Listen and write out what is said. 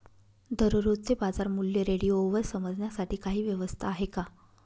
दररोजचे बाजारमूल्य रेडिओवर समजण्यासाठी काही व्यवस्था आहे का?